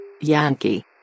Yankee